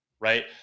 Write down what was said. right